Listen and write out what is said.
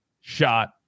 shot